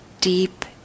deep